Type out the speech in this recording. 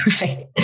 right